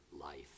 life